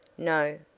no,